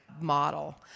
model